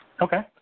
Okay